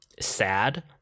Sad